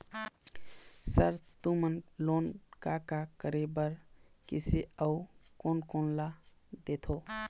Sir तुमन loan का का करें बर, किसे अउ कोन कोन ला देथों?